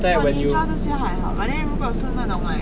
but 你做这些还好 but then 如果是那种 like